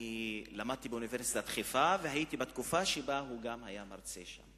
למדתי באוניברסיטת חיפה והייתי בתקופה שבה הוא גם היה מרצה שם.